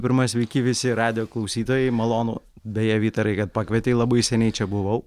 pirma sveiki visi radijo klausytojai malonu beje vytarai kad pakvietei labai seniai čia buvau